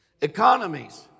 Economies